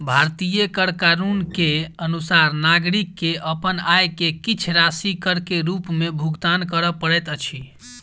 भारतीय कर कानून के अनुसार नागरिक के अपन आय के किछ राशि कर के रूप में भुगतान करअ पड़ैत अछि